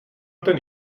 ten